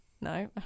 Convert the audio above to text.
No